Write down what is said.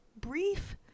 brief